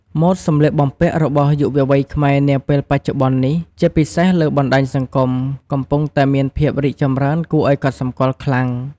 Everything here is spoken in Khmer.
ម៉ូដសម្លៀកបំពាក់របស់យុវវ័យខ្មែរនាពេលបច្ចុប្បន្ននេះ ជាពិសេសលើបណ្ដាញសង្គម កំពុងតែមានភាពរីកចម្រើនគួរឲ្យកត់សម្គាល់ខ្លាំង។